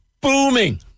booming